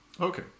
Okay